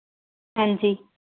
ਹਾਂਜੀ